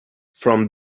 from